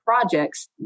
projects